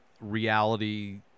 reality